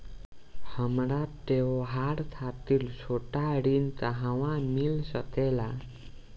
हमरा त्योहार खातिर छोटा ऋण कहवा मिल सकेला?